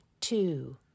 two